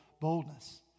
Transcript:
boldness